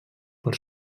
per